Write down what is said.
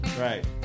Right